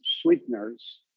sweeteners